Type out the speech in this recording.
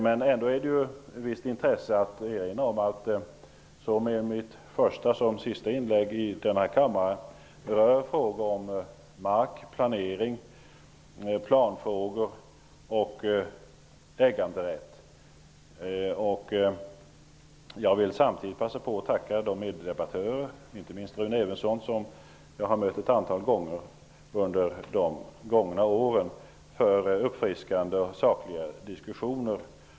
Men det finns ändå ett visst intresse i att erinra om att såväl mitt första som mitt sista inlägg i denna kammare berör frågor om mark, planering, planfrågor och äganderätt. Jag vill samtidigt passa på att tacka de meddebattörer, inte minst Rune Evensson, som jag har mött ett antal gånger under de gångna åren för uppfriskande och sakliga diskussioner.